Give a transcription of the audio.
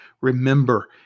Remember